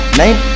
name